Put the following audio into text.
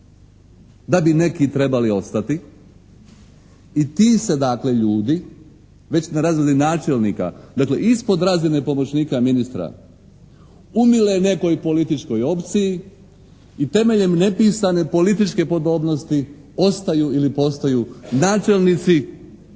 da bi neki trebali ostati i ti se dakle ljudi već na razini načelnika, dakle ispod razine pomoćnika ministra umile nekoj političkoj opciji i temeljem nepisane političke podobnosti ostaju ili postaju načelnici a